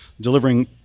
delivering